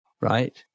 right